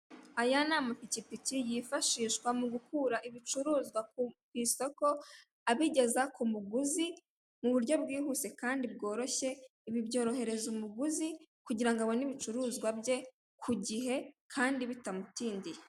Aya ni amapikipiki yifashishwa mu gukura ibicuruzwa ku isoko abigeza ku muguzi mu buryo bwihuse kandi bworoshye, ibi byorohereza umuguzi kugira ngo abone ibicuruzwa nye ku gihe kandi bitamutindiye.